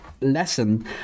lesson